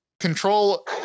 control